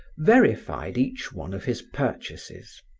verified each one of his purchases.